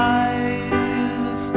eyes